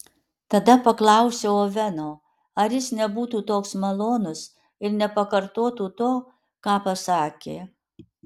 tada paklausiau oveno ar jis nebūtų toks malonus ir nepakartotų to ką pasakė